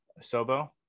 sobo